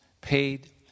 Paid